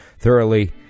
thoroughly